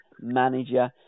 manager